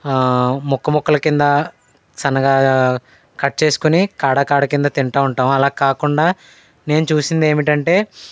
ముక్కముక్కల క్రింద సన్నగా కట్ చేసుకొని కాడ కాడ క్రింద తింటూ ఉంటాము అలా కాకుండా నేను చూసింది ఏమిటంటే